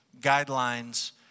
guidelines